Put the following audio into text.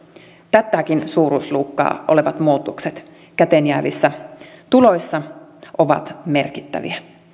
tätäkin suuruusluokkaa olevat muutokset käteen jäävissä tuloissa ovat merkittäviä